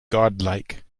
godlike